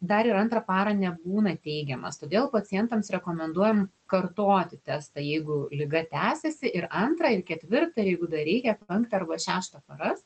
dar ir antrą parą nebūna teigiamas todėl pacientams rekomenduojam kartoti testą jeigu liga tęsiasi ir antrą ir ketvirtą ir jeigu dar reikia penktą arba šeštą paras